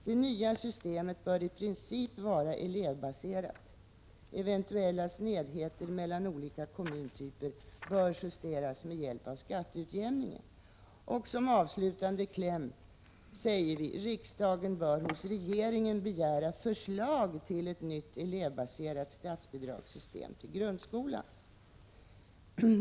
Det nya systemet bör i princip vara elevbaserat. Eventuella snedheter mellan olika kommuntyper bör justeras med hjälp av skatteutjämningen.” Som avslutande kläm säger vi att riksdagen bör hos regeringen begära förslag till ett nytt elevbaserat statsbidragssystem till grundskolan.